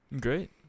Great